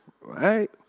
Right